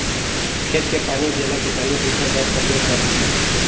खेत के पानी जेला किसानी बूता बर परयोग करथे